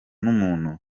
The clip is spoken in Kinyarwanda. n’umuntu